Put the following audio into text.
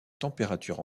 températures